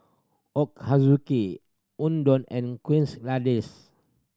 Ochazuke Udon and Quesadillas